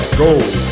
gold